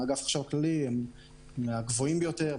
הם מהגבוהים ביותר,